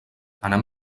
anem